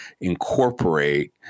incorporate